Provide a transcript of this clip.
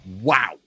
wow